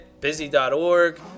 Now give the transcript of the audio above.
Busy.org